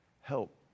help